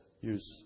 use